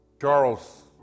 Charles